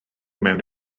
mewn